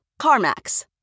CarMax